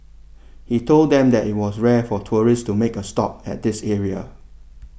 he told them that it was rare for tourists to make a stop at this area